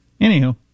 Anyhow